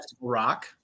rock